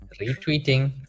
retweeting